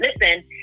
listen